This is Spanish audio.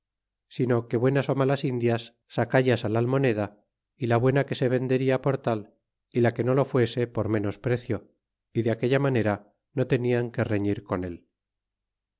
sino que buenas malas indias sacahas al almoneda y la buena que se vendada por tal y la que no lo fuese por menos precio y de aquella manera no tenian que reñir con él